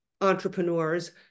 entrepreneurs